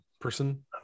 person